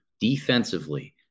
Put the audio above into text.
Defensively